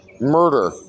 murder